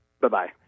Bye-bye